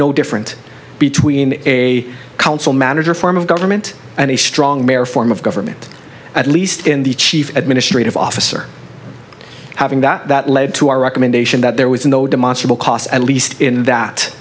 no different between a council manager form of government and a strong mayor form of government at least in the chief administrative officer having that led to our recommendation that there was no demonstrably cost at least in that